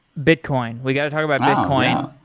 bitcoin. we got to talk about bitcoin.